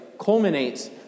culminates